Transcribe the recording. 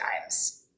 times